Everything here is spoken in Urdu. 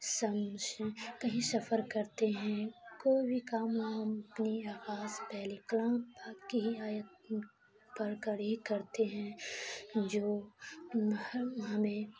سمجھیں کہیں سفر کرتے ہیں کوئی بھی کام ہو ہم اپنی آغاز پہلے کلام پاک کی ہی آیت پڑھ کر ہی کرتے ہیں جو ہمیں